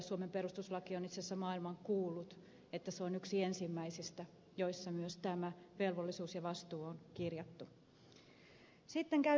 suomen perustuslaki on itse asiassa maailmankuulu siitä että se on yksi ensimmäisistä jossa myös tämä velvollisuus ja vastuu on kirjattu